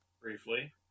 briefly